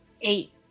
Eight